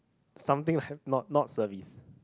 something like not not service